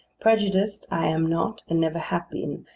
prejudiced, i am not, and never have been,